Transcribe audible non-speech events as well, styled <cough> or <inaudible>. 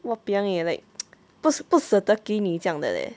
whaling eh like <noise> 不不舍得给你这样的 leh